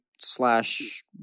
slash